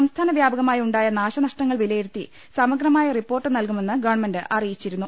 സംസ്ഥാന വ്യാപകമായി ഉണ്ടായ നാശനഷ്ടങ്ങൾ വിലയിരുത്തി സമഗ്രമായ റിപ്പോർട്ട് നൽകുമെന്ന് ഗവൺമെന്റ് അറിയിച്ചിരുന്നു